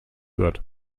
wird